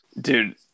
Dude